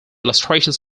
illustrations